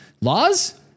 Laws